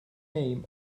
name